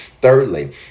Thirdly